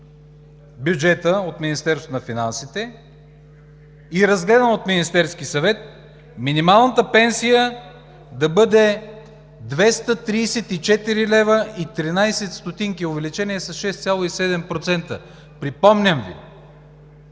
бюджета от Министерството на финансите и е разгледан от Министерския съвет минималната пенсия да бъде 234,13 лв. – увеличение с 6,7%. Припомням Ви,